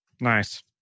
Nice